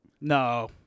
No